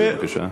בבקשה.